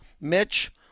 Mitch